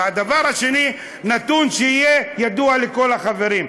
והדבר השני, נתון שיהיה ידוע לכל החברים.